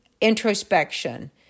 introspection